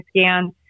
scans